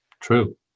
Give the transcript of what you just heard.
true